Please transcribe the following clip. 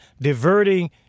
diverting